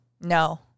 No